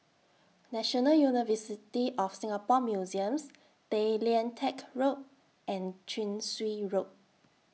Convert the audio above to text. National University of Singapore Museums Tay Lian Teck Road and Chin Swee Road